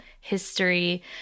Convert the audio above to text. history